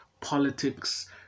politics